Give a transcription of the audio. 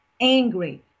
angry